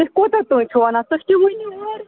تُہۍ کوٗتاہ تانۍ چھُ وَنان تُہۍ تہِ ؤنِو اورٕ